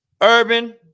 urban